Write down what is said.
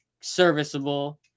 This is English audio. serviceable